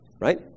right